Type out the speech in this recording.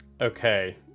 okay